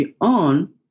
on